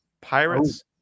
Pirates